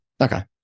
Okay